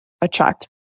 attract